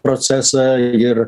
procesą ir